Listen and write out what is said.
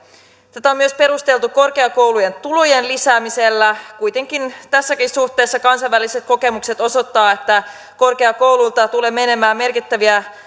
tätä on myös perusteltu korkeakoulujen tulojen lisäämisellä kuitenkin tässäkin suhteessa kansainväliset kokemukset osoittavat että korkeakouluilta tulee menemään merkittäviä